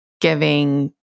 giving